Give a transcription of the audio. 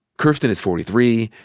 kirsten is forty three,